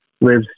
lives